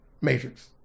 Matrix